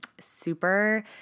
super